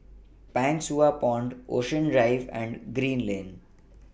Pang Sua Pond Ocean Drive and Green Lane